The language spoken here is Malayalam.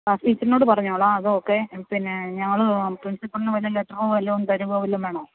ക്ളാസ് ടീച്ചറിനോട് പറഞ്ഞോളാം അത് ഓക്കേ പിന്നെ ഞങ്ങള് പ്രിൻസിപ്പളിന് വല്ല ലെറ്റെറോ വല്ലതും തരുവോ വല്ലതും വേണോ